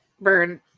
Burn